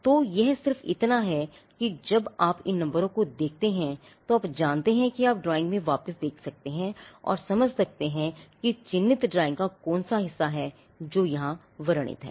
तो यह सिर्फ इतना है कि जब आप इन नंबरों को देखते हैं तो आप जानते हैं कि आप ड्राइंग में वापस देख सकते हैं और समझ सकते हैं कि चिह्नित ड्राइंग का कौन सा हिस्सा है जो यहां वर्णित है